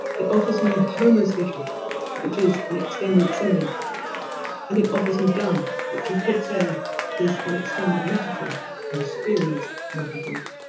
it offers me homer's vision which is an extended simile and it offers me donne's which you could say is an extended metaphor for serious metaphors